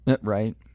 Right